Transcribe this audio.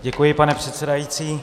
Děkuji, pane předsedající.